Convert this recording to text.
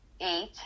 eight